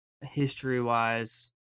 history-wise